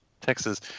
Texas